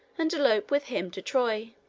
and elope with him to troy.